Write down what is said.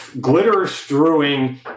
glitter-strewing